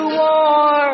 war